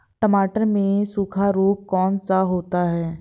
टमाटर में सूखा रोग कौन सा होता है?